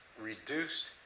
reduced